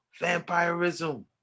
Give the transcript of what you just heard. vampirism